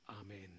Amen